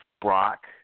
Brock